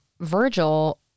Virgil